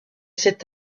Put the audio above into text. cet